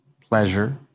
pleasure